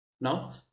Now